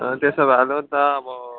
त्यसो भए लु अन्त अब